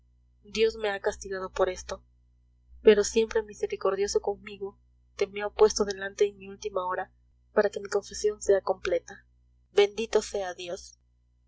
dios me ha castigado por esto pero siempre misericordioso conmigo te me ha puesto delante en mi última hora para que mi confesión sea completa bendito sea dios